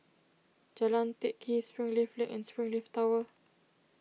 Jalan Teck Kee Springleaf Link and Springleaf Tower